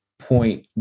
Point